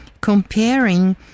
comparing